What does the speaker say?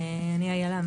אני אילה מאיר,